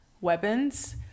weapons